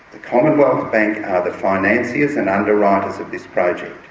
the commonwealth bank are the financiers and underwriters of this project.